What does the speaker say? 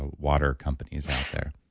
water companies out there